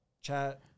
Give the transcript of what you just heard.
chat